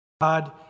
God